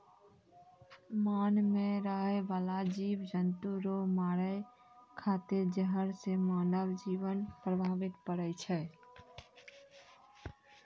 मान मे रहै बाला जिव जन्तु रो मारै खातिर जहर से मानव जिवन प्रभावित पड़ै छै